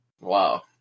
wow